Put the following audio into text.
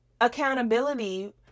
accountability